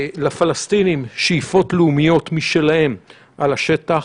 לפלסטינים שאיפות לאומיות משלהם על השטח.